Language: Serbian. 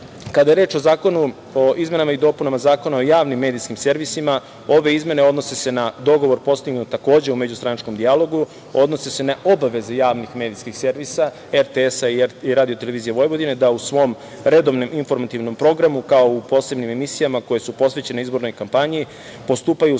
kada je reč o Zakonu o izmenama i dopunama Zakona o javnim medijskim servisima, ove izmene odnose se na dogovor postignut takođe u međustranačkom dijalogu, odnose se na obaveze javnih medijskih servisa RTS i RTV da u svom redovnom informativnom programu, kao u posebnim emisijama koje su posvećene izbornoj kampanji, postupaju u